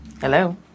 Hello